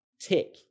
Tick